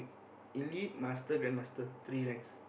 elite master grandmaster three ranks